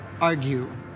argue